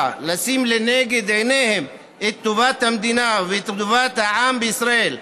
לשים לנגד עיניהם את טובת המדינה ואת טובת העם בישראל.